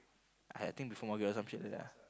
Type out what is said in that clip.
I think before maghrib or some shit like that ah